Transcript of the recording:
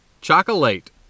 Chocolate